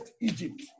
Egypt